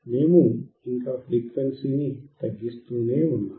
మేము ఇంకా ఫ్రీక్వెన్సీని తగ్గిస్తూనే ఉన్నాము